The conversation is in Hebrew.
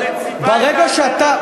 אבל ברגע שאתה,